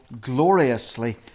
gloriously